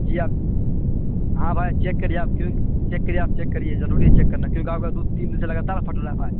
جی ہاں ہاں بھائی چیک کریئے کیوں آپ چیک کرئیے آپ چیک کریئے ضروری ہے چیک کرنا کیونکہ آپ کا دودھ تین دن سے لگاتار پھٹ رہا ہے بھائی